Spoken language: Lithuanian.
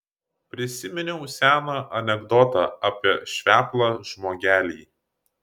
prisiminiau seną anekdotą apie šveplą žmogelį